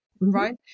right